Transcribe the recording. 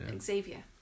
Xavier